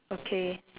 okay